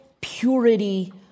purity